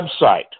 website